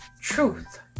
Truth